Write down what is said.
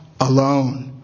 alone